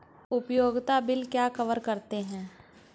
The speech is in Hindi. उपयोगिता बिल क्या कवर करते हैं?